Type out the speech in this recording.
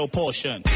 portion